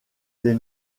des